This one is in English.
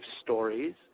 stories